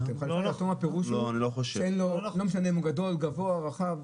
הפירוש לא משנה אם הוא גדול גבוה רחב,